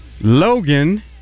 Logan